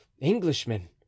englishman